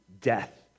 death